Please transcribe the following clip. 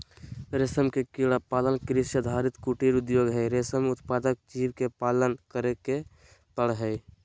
रेशम के कीड़ा पालन कृषि आधारित कुटीर उद्योग हई, रेशम उत्पादक जीव के पालन करे के पड़ हई